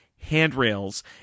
handrails